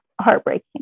heartbreaking